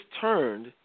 turned